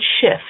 shift